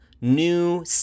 new